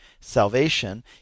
salvation